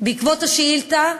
בעקבות השאילתה,